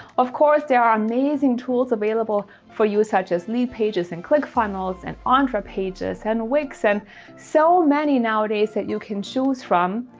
of course, there are amazing tools available for you, such as lead pages and clickfunnels and entre pages and wigs, and so many nowadays that you can choose from.